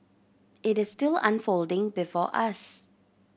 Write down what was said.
it is still unfolding before us